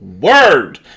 word